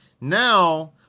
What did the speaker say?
Now